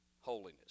holiness